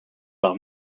par